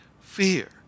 fear